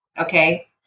Okay